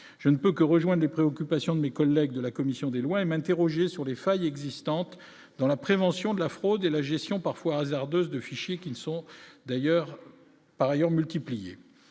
je ne peux que rejoint des préoccupations de mes collègues de la commission des lois même interrogé sur les failles existantes dans la prévention de la fraude et la gestion parfois hasardeuse de fichiers qui ne sont d'ailleurs par ailleurs multiplié